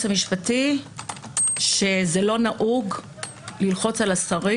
המשפטי אמר שלא נהוג ללחוץ על השרים.